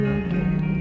again